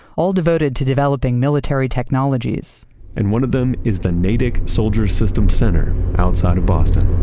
all devoted to developing military technologies and one of them is the natick soldier system center outside of boston